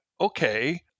okay